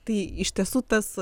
tai iš tiesų tas